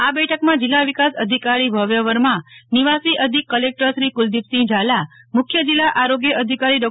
આ બેઠકમાં જિલ્લા વિકાસ અધિકારી ભવ્ય વર્મા નિવાસી અધિક કલેકટરશ્રી કુલદીપસિંફ ઝાલા મુખ્ય જિલ્લા આરોગ્ય અધિકારી ડો